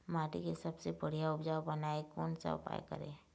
माटी के सबसे बढ़िया उपजाऊ बनाए कोन सा उपाय करें?